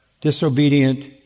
disobedient